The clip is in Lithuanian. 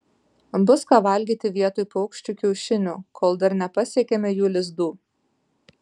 bus ką valgyti vietoj paukščių kiaušinių kol dar nepasiekėme jų lizdų